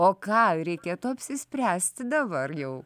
o ką reikėtų apsispręsti dabar jau